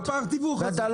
מאיפה פער התיווך הזה?